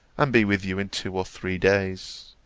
and be with you in two or three days.